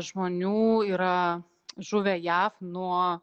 žmonių yra žuvę jav nuo